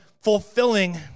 fulfilling